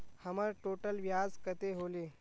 हमर टोटल ब्याज कते होले?